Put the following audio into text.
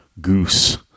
goose